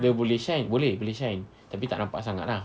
dia boleh shine boleh boleh shine tapi tak nampak sangat ah